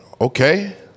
okay